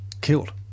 killed